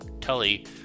Tully